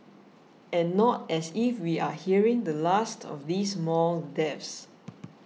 and not as if we are hearing the last of these mall deaths